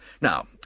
Now